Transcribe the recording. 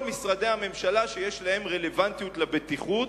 משרדי הממשלה שיש להם רלוונטיות לבטיחות,